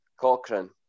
Cochrane